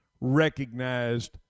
recognized